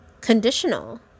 conditional